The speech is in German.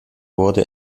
wurde